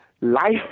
life